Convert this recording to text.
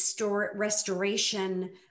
Restoration